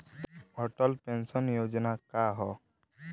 Atal pension Yojana का ह?